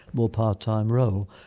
more part-time role.